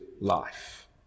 life